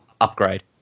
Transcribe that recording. upgrade